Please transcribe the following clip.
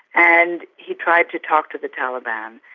and he tried to talk to the taliban.